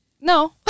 no